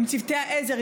עם צוותי העזר,